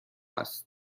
است